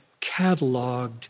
cataloged